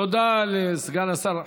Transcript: תודה לסגן השר.